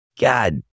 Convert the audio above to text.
God